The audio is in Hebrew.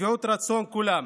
לשביעות רצון כולם.